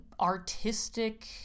artistic